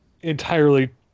entirely